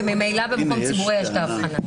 וממילא במקום ציבורי יש את ההבחנה הזאת.